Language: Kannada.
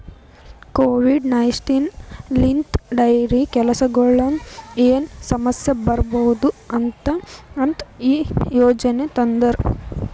ಕೋವಿಡ್ ನೈನ್ಟೀನ್ ಲಿಂತ್ ಡೈರಿ ಕೆಲಸಗೊಳಿಗ್ ಏನು ಸಮಸ್ಯ ಬರಬಾರದು ಅಂತ್ ಈ ಯೋಜನೆ ತಂದಾರ್